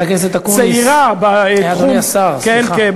חבר הכנסת אקוניס, אדוני השר, סליחה.